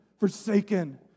forsaken